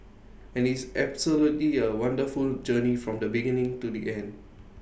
and IT is absolutely A wonderful journey from the beginning to the end